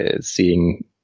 seeing –